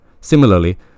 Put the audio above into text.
Similarly